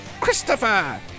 Christopher